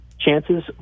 chances